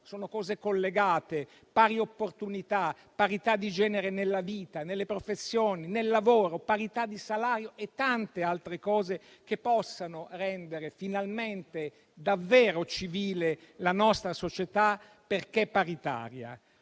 anche le pari opportunità, la parità di genere nella vita, nelle professioni e nel lavoro, la parità di salario e tante altre cose che possano rendere finalmente davvero civile la nostra società, perché paritaria.